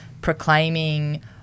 proclaiming